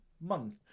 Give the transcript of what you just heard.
month